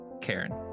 Karen